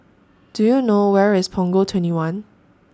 Do YOU know Where IS Punggol twenty one